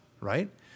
right